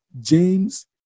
James